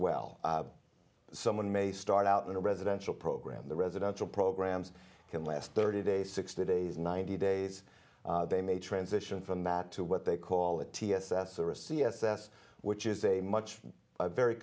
well someone may start out in a residential program the residential programs can last thirty days sixty days ninety days they may transition from that to what they call a t s s or a c s s which is a much very